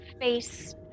face